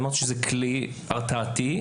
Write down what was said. אמרתי שזה כלי הרתעתי.